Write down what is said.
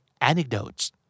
anecdotes